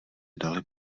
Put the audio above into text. dali